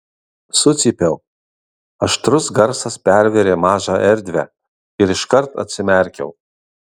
sucypiau aštrus garsas pervėrė mažą erdvę ir iškart atsimerkiau